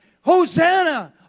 Hosanna